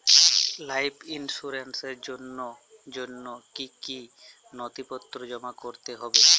Life ইন্সুরেন্সর জন্য জন্য কি কি নথিপত্র জমা করতে হবে?